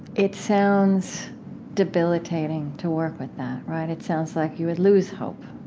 it sounds debilitating to work with that, right? it sounds like you would lose hope